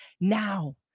now